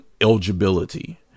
eligibility